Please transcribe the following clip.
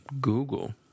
Google